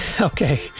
Okay